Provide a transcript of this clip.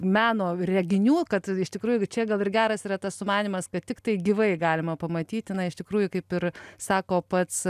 meno reginių kad iš tikrųjų čia gal ir geras yra tas sumanymas kad tiktai gyvai galima pamatyti na iš tikrųjų kaip ir sako pats